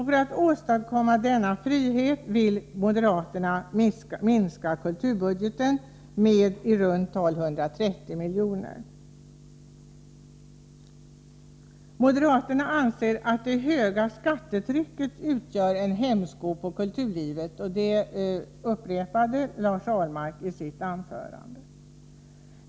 För att åstadkomma denna frihet vill moderaterna minska kulturbudgeten med i runt tal 130 milj.kr. Moderaterna anser att det höga skattetrycket utgör en hämsko på kulturlivet, och Lars Ahlmark upprepade det i sitt anförande.